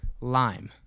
lime